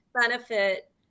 benefit